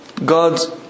God's